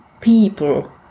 people